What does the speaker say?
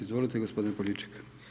Izvolite, gospodine Poljičak.